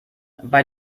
bei